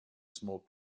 smoke